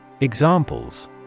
Examples